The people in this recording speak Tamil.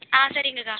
ஆ சரிங்கக்கா